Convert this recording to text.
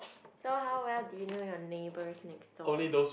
so how well do you know your neighbours next door